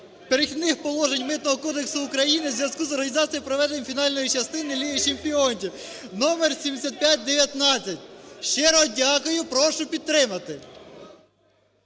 "Перехідних положень" Митного кодексу України в зв'язку з організації проведення фінальної частини Ліги чемпіонів № 7519. Щиро дякую. Прошу підтримати